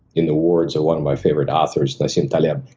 in the words of one of my favorite authors, nassim taleb,